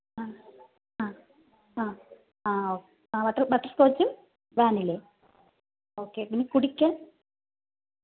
ആ ആ ആ ആ ഓ ബട്ടർ ബട്ടർസ്കോച്ച് വാനിലയും പിന്നെ കുടിക്കാൻ